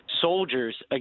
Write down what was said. soldiers